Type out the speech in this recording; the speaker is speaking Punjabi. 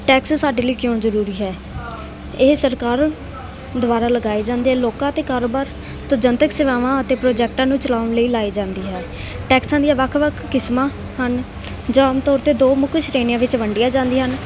ਟੈਕਸ ਸਾਡੇ ਲਈ ਕਿਉਂ ਜ਼ਰੂਰੀ ਹੈ ਇਹ ਸਰਕਾਰ ਦੁਆਰਾ ਲਗਾਏ ਜਾਂਦੇ ਆ ਲੋਕਾਂ ਅਤੇ ਕਾਰੋਬਾਰ ਤੋਂ ਜਨਤਕ ਸੇਵਾਵਾਂ ਅਤੇ ਪ੍ਰੋਜੈਕਟਾਂ ਨੂੰ ਚਲਾਉਣ ਲਈ ਲਗਾਏ ਜਾਂਦੀ ਹੈ ਟੈਕਸਾਂ ਦੀਆਂ ਵੱਖ ਵੱਖ ਕਿਸਮਾਂ ਹਨ ਜਾਂ ਆਮ ਤੌਰ 'ਤੇ ਦੋ ਮੁੱਖ ਸ਼੍ਰੇਣੀਆਂ ਵਿੱਚ ਵੰਡੀਆਂ ਜਾਂਦੀਆਂ ਹਨ